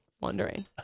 wondering